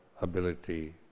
ability